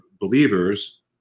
believers